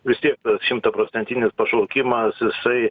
vis tiek šimtaprocentinis pašaukimas jisai